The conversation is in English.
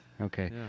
Okay